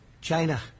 China